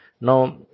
now